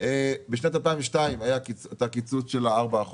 בשנת 2002 היה קיצוץ של 4%,